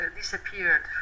disappeared